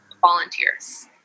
volunteers